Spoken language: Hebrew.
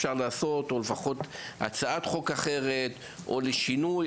אפשר לעשות או הצעת חוק אחרת או שינוי,